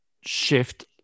shift